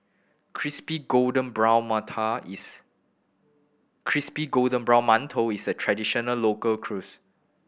crispy golden brown manta is crispy golden brown mantou is a traditional local cuisine